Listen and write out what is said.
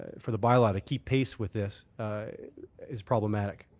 for the bylaw to keep pace with this is problematic.